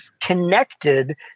connected